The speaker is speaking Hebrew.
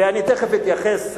ואני תיכף אתייחס,